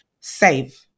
save